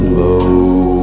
low